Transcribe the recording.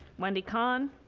wendy kahn,